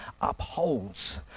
upholds